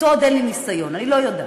אתו עוד אין לי ניסיון, אני לא יודעת.